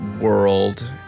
world